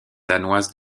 danoise